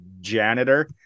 janitor